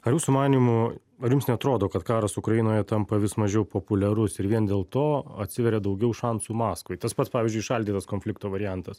ar jūsų manymu ar jums neatrodo kad karas ukrainoje tampa vis mažiau populiarus ir vien dėl to atsiveria daugiau šansų maskvai tas pats pavyzdžiui įšaldytas konflikto variantas